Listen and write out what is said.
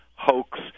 hoax